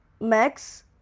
Max